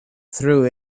through